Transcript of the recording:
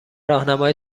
راهنمای